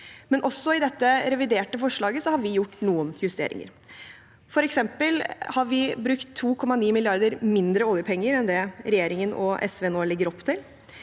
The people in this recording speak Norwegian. i dette reviderte forslaget har vi gjort noen justeringer. For eksempel har vi brukt 2,9 mrd. kr mindre i oljepenger enn det regjeringen og SV nå legger opp til.